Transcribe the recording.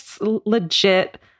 legit